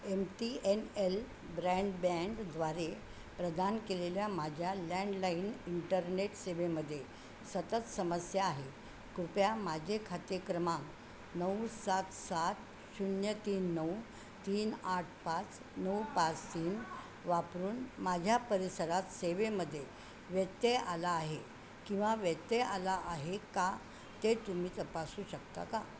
M T N L broadband द्वारे प्रदान केलेल्या माझ्या लँडलाईन इंटरनेट सेवेमध्ये सतत समस्या आहे कृपया माझे खाते क्रमांक नऊ सात सात शून्य तीन नऊ तीन आठ पाच नऊ पाच तीन वापरून माझ्या परिसरात सेवेमध्ये व्यत्यय आला आहे किंवा व्यत्यय आला आहे का ते तुम्ही तपासू शकता का